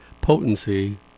potency